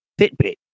Fitbit